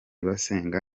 basenga